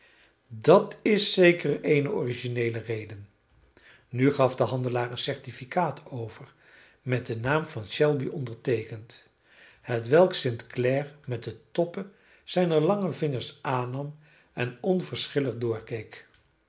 dat is zeker eene origineele reden nu gaf de handelaar een certificaat over met den naam van shelby onderteekend hetwelk st clare met de toppen zijner lange vingers aannam en onverschillig doorkeek